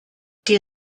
die